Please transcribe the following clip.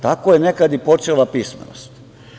Tako je nekad i počela pismenost.